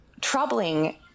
troubling